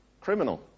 criminal